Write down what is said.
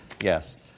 Yes